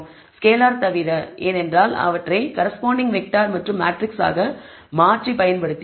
scalar தவிர ஏனென்றால் அவற்றை கரஸ்பாண்டிங் வெக்டார் மற்றும் மேட்ரிக்ஸ் ஆக மாற்றி பயன்படுத்தினோம்